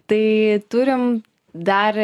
tai turim dar